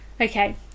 Okay